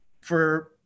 for-